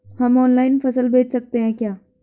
हम ऑनलाइन फसल बेच सकते हैं क्या?